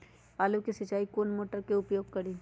आलू के सिंचाई ला कौन मोटर उपयोग करी?